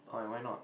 why why not